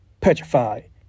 Petrified